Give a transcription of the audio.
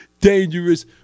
dangerous